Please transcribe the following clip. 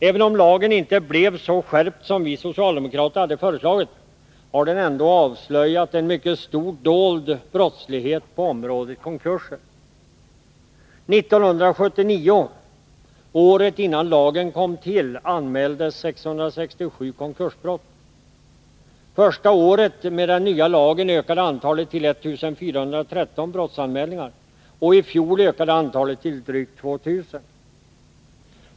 Även om lagen inte blev så skärpt som vi socialdemokrater hade föreslagit, har den ändå avslöjat en mycket stor dold brottslighet på området konkurser. 1979 — året innan lagen kom till — anmäldes 667 konkursbrott. Första året med den nya lagen ökade antalet brottsanmälningar till 1413, och i fjol ökade antalet till drygt 2000.